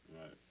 Right